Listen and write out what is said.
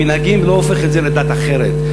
מנהגים, זה לא הופך את זה לדת אחרת.